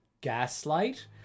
Gaslight